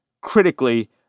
critically